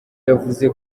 yavuze